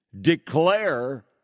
declare